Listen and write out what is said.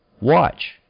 Watch